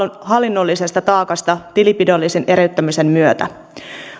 hallinnollisesta taakasta tilinpidollisen eriyttämisen myötä